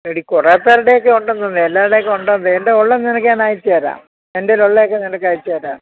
എടി കുറേക്കാരുടെയൊക്കെ ഉണ്ടെന്ന് എല്ലാവരുടെയൊക്കെ ഉണ്ടെന്ന് എൻ്റെ ഉള്ളത് നിനക്ക് ഞാൻ അയച്ച് തരാം എന്റേൽ ഉള്ളതൊക്കെ നിനക്ക് അയച്ച് തരാം